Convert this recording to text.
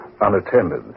unattended